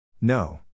No